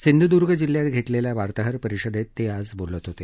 सिंधूर्द्ग जिल्ह्यात घेतलेल्या वार्ताहर परिषदेत ते आज बोलत होते